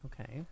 Okay